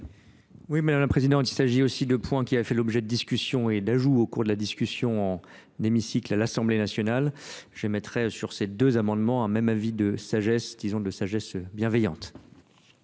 Mᵐᵉ la Présidente, il s'agit aussi de points qui aient fait l'objet de discussions et d'ajouts au cours de la discussion en hémicycle à l'assemblée nationale j'émettrai sur ces deux amendements un même avis de sagesse disons de sagesse bienveillante